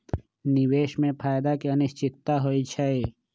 निवेश में फायदा के अनिश्चितता होइ छइ